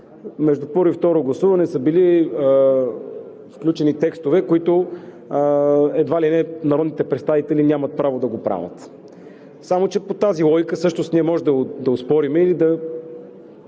между първо и второ гласуване са били включени текстове, което народните представители нямат право да го правят. Само че по тази логика всъщност ние можем да оспорим или да